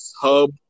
hub